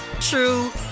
true